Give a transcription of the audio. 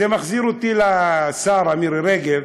זה מחזיר אותי לשרה מירי רגב,